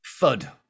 FUD